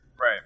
Right